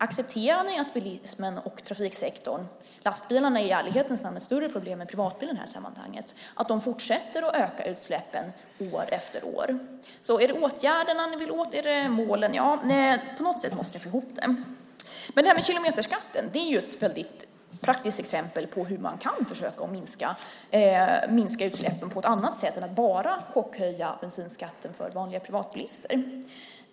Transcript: Accepterar ni att bilismen och trafiksektorn - lastbilarna är i ärlighetens namn ett större problem än privatbilarna i detta sammanhang - fortsätter att öka utsläppen år efter år? Är det åtgärderna ni vill åt, eller är det målen? På något sätt måste ni få ihop det. Kilometerskatten är ett väldigt praktiskt exempel på hur man kan försöka att minska utsläppen på ett annat sätt än att bara chockhöja bensinskatten för vanliga privatbilister.